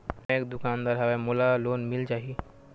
मै एक दुकानदार हवय मोला लोन मिल जाही?